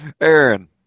Aaron